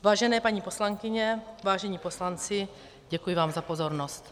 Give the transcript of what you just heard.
Vážené paní poslankyně, vážení poslanci, děkuji vám za pozornost.